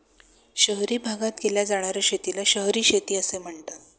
शहरी भागात केल्या जाणार्या शेतीला शहरी शेती असे म्हणतात